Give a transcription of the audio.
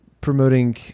promoting